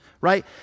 right